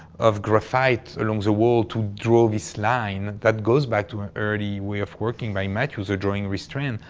of graphite along the wall to draw this line that goes back to an early way of working by matthew drawing restraint.